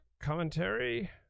commentary